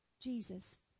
Jesus